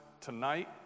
tonight